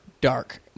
dark